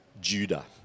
Judah